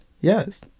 yes